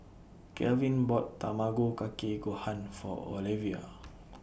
Calvin bought Tamago Kake Gohan For Olevia